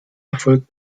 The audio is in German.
erfolg